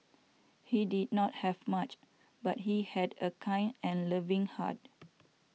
he did not have much but he had a kind and loving heart